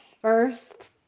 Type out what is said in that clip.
first